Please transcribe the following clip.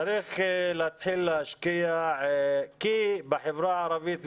צריך להתחיל להשקיע כי בחברה הערבית,